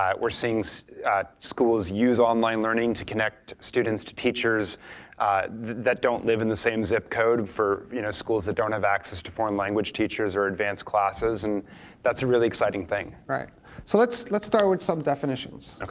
ah we're seeing so schools use online learning to connect students to teachers that don't live in the same zip code for you know schools that don't have access to foreign language teachers or advanced classes, and that's a really exciting thing. male speaker so let's let's start with some definitions.